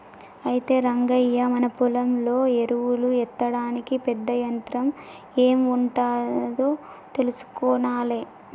అయితే రంగయ్య మన పొలంలో ఎరువులు ఎత్తడానికి పెద్ద యంత్రం ఎం ఉంటాదో తెలుసుకొనాలే